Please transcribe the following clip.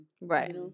Right